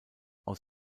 aus